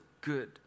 good